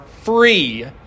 free